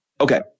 okay